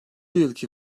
yılki